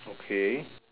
okay